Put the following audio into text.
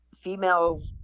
female